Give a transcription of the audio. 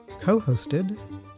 co-hosted